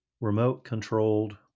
remote-controlled